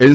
N